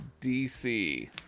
DC